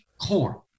corn